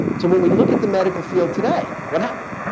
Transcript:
so when we look at the medical field today, what happened?